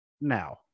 now